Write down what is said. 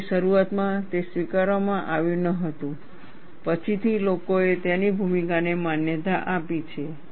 જો કે શરૂઆતમાં તે સ્વીકારવામાં આવ્યું ન હતું પછીથી લોકોએ તેની ભૂમિકાને માન્યતા આપી છે